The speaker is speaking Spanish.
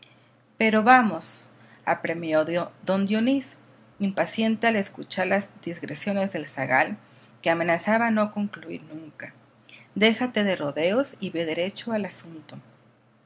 pero vamos apremió don dionís impaciente al escuchar las digresiones del zagal que amenazaba no concluir nunca déjate de rodeos y ve derecho al asunto